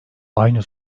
aynı